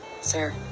Sir